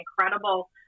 incredible